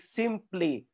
simply